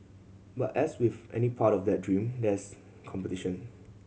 but as with any part of that dream there is competition